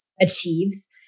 achieves